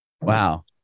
Wow